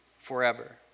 forever